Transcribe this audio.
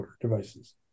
devices